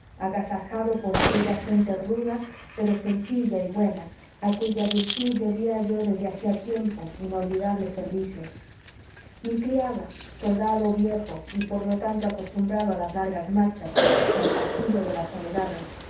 agasajado por aquella gente ruda pero sencilla y buena a cuya virtud debía yo desde hacía tiempo inolvidables servicios mi criado soldado viejo y por lo tanto acostumbrado a las largas marchas y al fastidio de las soledades